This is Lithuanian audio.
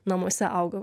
namuose auga